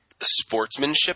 sportsmanship